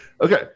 okay